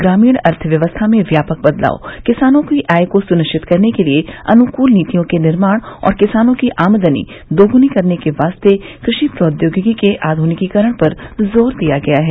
ग्रामीण अर्थव्यवस्था में व्यापक बदलाव किसानों की आय को सुनिश्चित करने के लिए अनुकूल नीतियों के निर्माण और किसानों की आमदनी दोगुनी करने के वास्ते कृषि प्रौद्योगिकी के आधुनिकीकरण पर जोर दिया गया है